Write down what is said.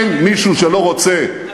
אין מישהו שלא רוצה,